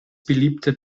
beliebte